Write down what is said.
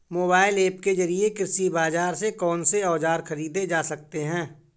Mobile app के जरिए कृषि बाजार से कौन से औजार ख़रीदे जा सकते हैं?